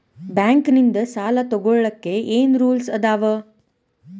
Bank ನಿಂದ್ ಸಾಲ ತೊಗೋಳಕ್ಕೆ ಏನ್ ರೂಲ್ಸ್ ಅದಾವ?